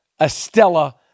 Estella